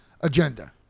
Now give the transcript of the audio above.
agenda